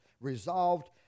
resolved